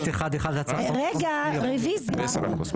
ארבעה.